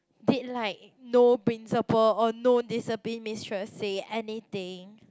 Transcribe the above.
did like no principal or no discipline misteress say anything